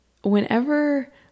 whenever